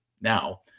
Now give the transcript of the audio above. now